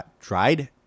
dried